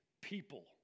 people